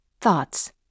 Thoughts